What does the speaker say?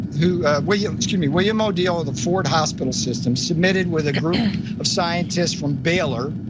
who will you, excuse me, william o'dill with the ford hospital system submitted with a group of scientists from baylor.